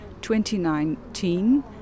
2019